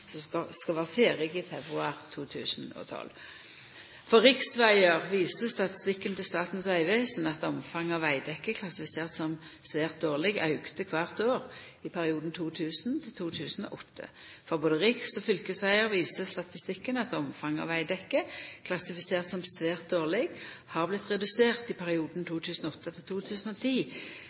som skal vera ferdig i februar 2012. For riksvegar viser statistikken til Statens vegvesen at omfanget av vegdekke klassifisert som svært dårleg auka kvart år i perioden 2000–2008. For både riks- og fylkesvegar viser statistikken at omfanget av vegdekke klassifisert som svært dårleg har vorte redusert i perioden